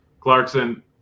Clarkson